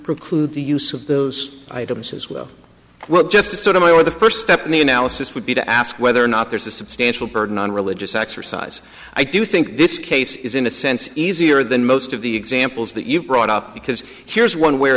preclude the use of those items as well well just a sort of i or the first step in the analysis would be to ask whether or not there's a substantial burden on religious exercise i do think this case is in a sense easier than most of the examples that you brought up because here's one where